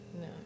No